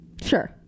Sure